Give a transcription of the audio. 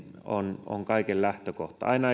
on on kaiken lähtökohta aina